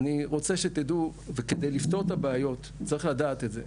אני רוצה שתדעו וכדי לפתור את הבעיות וצריך לדעת את זה.